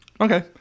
Okay